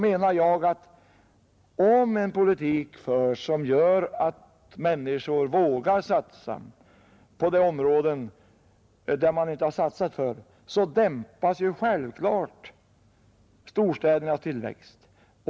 Men om en politik förs som gör att människor vågar satsa på sådana områden, där man tidigare inte har satsat, dämpar man därigenom självklart storstädernas tillväxt.